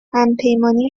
همپیمانی